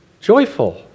joyful